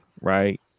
right